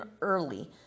early